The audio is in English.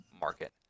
market